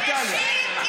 הלאה,